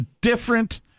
different